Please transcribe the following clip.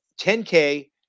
10K